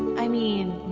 i mean,